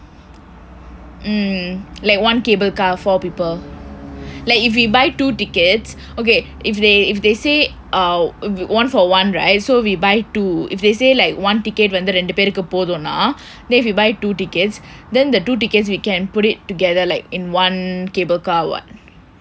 mm like one cable car four people like if we buy two tickets ok if they if they say err one for one right so we buy two if they say like one ticket வந்து இரண்டு பேருக்கு போதும்னா:vandthu irandu peerukku poothumnaa then if you buy two tickets then the two tickets we can put it together like in one cable car [what]